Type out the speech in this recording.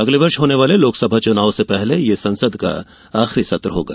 अगले वर्ष होने वाले लोकसभा चुनाव से पहले यह संसद का आखिरी सत्र होगा